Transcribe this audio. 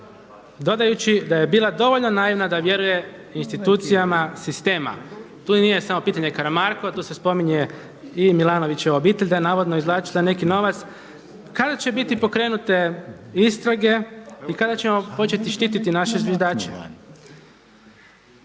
Dodajući da je bila dovoljno naivna da vjeruje institucijama sistema. Tu i nije samo pitanje Karamarko, tu se spominje i Milanovićeva obitelj da je navodno izvlačila neki novac. Kada će biti pokrenute istrage i kada ćemo početi štiti naše zviždače?